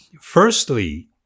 Firstly